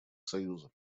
союза